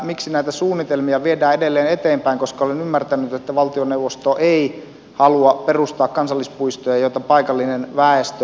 miksi näitä suunnitelmia viedään edelleen eteenpäin koska olen ymmärtänyt että valtioneuvosto ei halua perustaa kansallispuistoja joita paikallinen väestö vastustaa